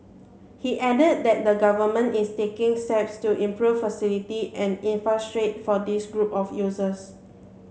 he added that the government is taking steps to improve facility and for this group of users